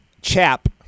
Chap